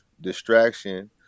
distraction